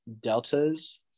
deltas